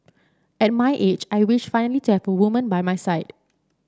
at my age I wish finally to have a woman by my side